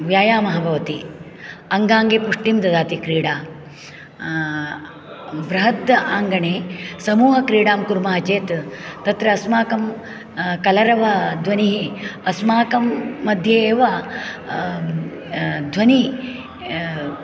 व्यायामः भवति अङ्गाङ्गे पुष्टिं ददाति क्रीडा बृहत् अङ्गणे समूहक्रीडां कुर्मः चेत् तत्र अस्माकं कलरवध्वनिः अस्माकं मध्ये एव ध्वनिः